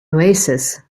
oasis